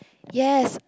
yes